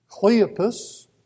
Cleopas